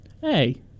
Hey